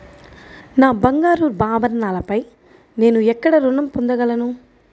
నా బంగారు ఆభరణాలపై నేను ఎక్కడ రుణం పొందగలను?